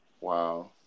Wow